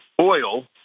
oil